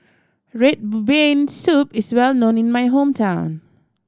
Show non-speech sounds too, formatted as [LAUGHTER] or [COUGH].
red [UNINTELLIGIBLE] bean soup is well known in my hometown